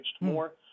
more